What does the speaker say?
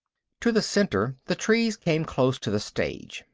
to the center the trees came close to the stage.